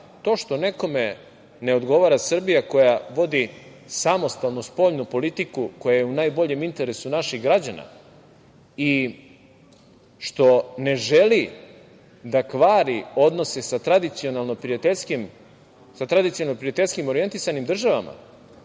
to što nekome ne odgovara Srbija koja vodi samostalnu spoljnu politiku koja je u najboljem interesu naših građana i što ne želi da kvari odnose sa tradicionalno prijateljski orijentisanim državama,